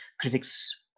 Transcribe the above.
critics